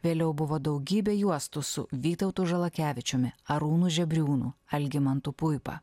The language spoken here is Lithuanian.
vėliau buvo daugybė juostų su vytautu žalakevičiumi arūnu žebriūnu algimantu puipa